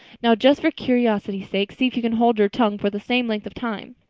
now, just for curiosity's sake, see if you can hold your tongue for the same length of time.